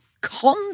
con